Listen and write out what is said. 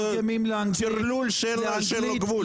טרלול שאין לו גבול.